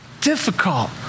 difficult